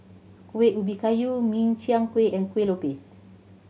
Kuih Ubi Kayu Min Chiang Kueh and Kuih Lopes